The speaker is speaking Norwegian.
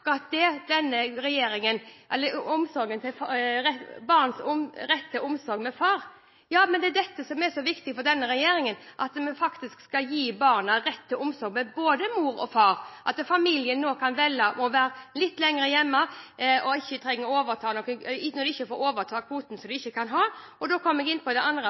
det, barns rett til omsorg fra far, som er så viktig for denne regjeringen. Vi skal gi barna rett til omsorg fra både mor og far, ved at familien nå kan velge å være litt lenger hjemme når de ikke får overta kvoten som de ikke kan ha. Og da kommer jeg inn på det andre